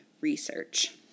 research